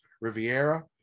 Riviera